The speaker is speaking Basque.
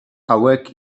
hauek